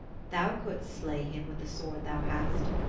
thou couldst slay him with the sword thou hast.